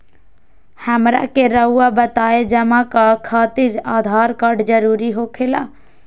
हमरा के रहुआ बताएं जमा खातिर आधार कार्ड जरूरी हो खेला?